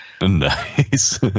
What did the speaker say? Nice